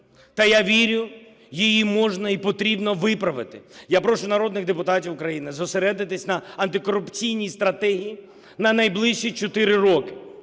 та, я вірю, її можна і потрібно виправити. Я прошу народних депутатів України зосередитися на антикорупційній стратегії на найближчі 4 роки.